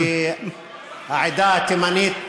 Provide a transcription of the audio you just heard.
כי העדה התימנית,